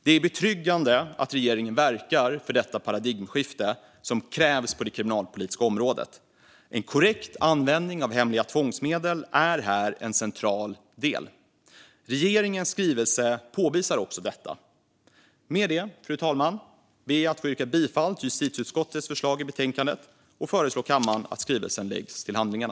Det är betryggande att regeringen verkar för detta paradigmskifte som krävs på det kriminalpolitiska området. En korrekt användning av hemliga tvångsmedel är här en central del. Regeringens skrivelse påvisar också detta. Med det, fru talman, ber jag att få yrka bifall till justitieutskottets förslag i betänkandet och föreslår kammaren att skrivelsen läggs till handlingarna.